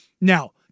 Now